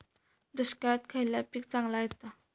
दुष्काळात खयला पीक चांगला येता?